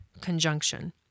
conjunction